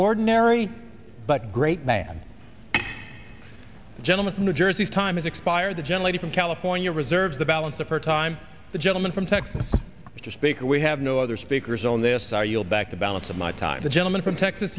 ordinary but great man the gentleman from new jersey's time is expired the gentleman from california reserves the balance of her time the gentleman from texas mr speaker we have no other speakers on this are you'll back the balance of my time the gentleman from texas